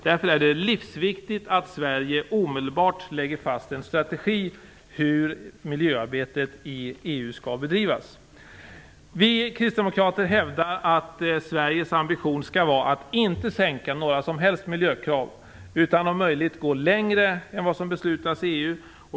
Därför är det livsviktigt att Sverige omedelbart lägger fast en strategi för hur miljöarbetet i EU skall bedrivas. Vi kristdemokrater hävdar att Sveriges ambition skall vara att inte sänka några som helst miljökrav, utan att vi om möjligt skall gå längre än vad som beslutas i EU.